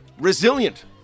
resilient